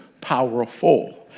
powerful